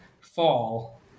fall